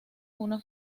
una